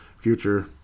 future